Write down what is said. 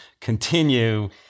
continue